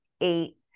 eight